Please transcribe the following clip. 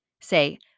Say